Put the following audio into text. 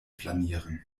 flanieren